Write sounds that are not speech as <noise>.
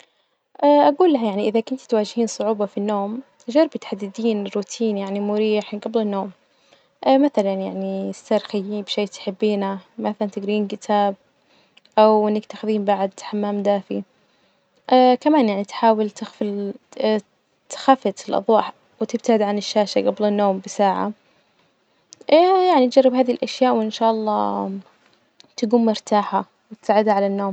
أجول لها يعني إذا كنتي تواجهين صعوبة في النوم جربي تحددين روتين يعني <noise> مريح جبل النوم <hesitation> مثلا يعني إسترخي بشيء تحبينه مثلا تجرين كتاب أو إنك تأخذين بعد حمام دافي <hesitation> كمان يعني تحاول تخفي ال- تخافت الأضواء وتبتعد عن الشاشة جبل النوم بساعة <hesitation> يعني تجرب هذي الأشياء وإن شاء الله تجوم مرتاحة وتساعدها على النوم.